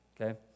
okay